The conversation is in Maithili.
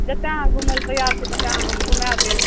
जतय अहाँ घुमय लए तैयार छै तते अहाँके हम घुमाय देब